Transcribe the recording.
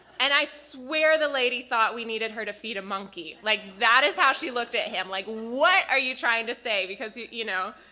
and i swear the lady thought we needed her to feed a monkey. like that is how she looked at him. like what are you trying to say because, you you know,